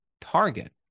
target